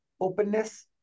openness